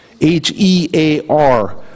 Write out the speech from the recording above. h-e-a-r